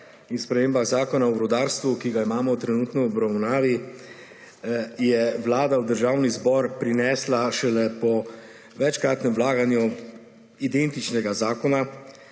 in spremembah Zakona o rudarstvu, ki ga imajo trenutno v obravnavi, je Vlada v Državni zbor prinesla šele po večkratnem vlaganju identičnega zakona,